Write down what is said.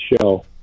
show